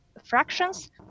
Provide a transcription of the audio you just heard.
fractions